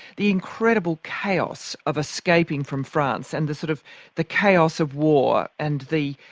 the incredible chaos of escaping from france and the sort of the chaos of war and the,